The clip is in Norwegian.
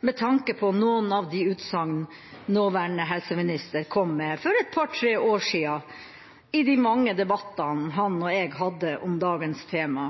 med tanke på noen av de utsagnene nåværende helseminister kom med for et par–tre år siden i de mange debattene han og jeg hadde om dagens tema.